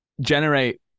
generate